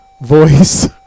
voice